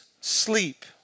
sleep